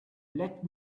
let